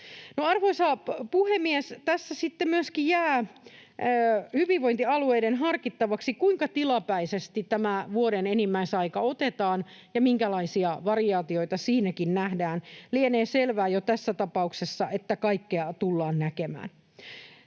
Arvoisa puhemies! Tässä sitten myöskin jää hyvinvointialueiden harkittavaksi se, kuinka tilapäisesti tämä vuoden enimmäisaika otetaan ja minkälaisia variaatioita siinäkin nähdään. Lienee selvää jo tässä tapauksessa, että kaikkea tullaan näkemään.